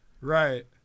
Right